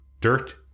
dirt